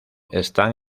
están